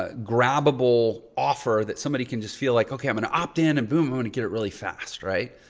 ah grabbable offer that somebody can just feel like okay, i'm going to opt in and boom, i'm gonna get it really fast. right?